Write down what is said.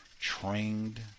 trained